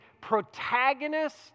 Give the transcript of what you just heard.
protagonist